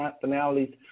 finalities